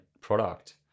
product